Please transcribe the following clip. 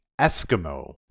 Eskimo